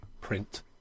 print